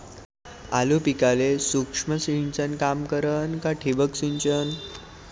आलू पिकाले सूक्ष्म सिंचन काम करन का ठिबक सिंचन?